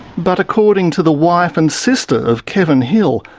but according to the wife and sister of kevin hill,